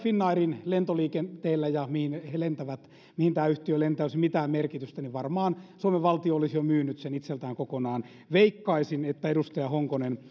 finnairin lentoliikenteellä ja sillä mihin tämä yhtiö lentää olisi mitään merkitystä niin varmaan suomen valtio olisi jo myynyt sen itseltään kokonaan veikkaisin että edustaja honkonen